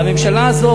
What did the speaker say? והממשלה הזאת,